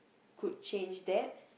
could change that